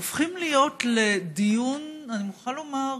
הופך להיות לדיון, אני מוכרחה לומר,